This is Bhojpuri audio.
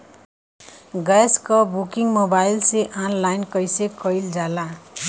गैस क बुकिंग मोबाइल से ऑनलाइन कईसे कईल जाला?